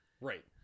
Right